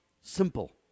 simple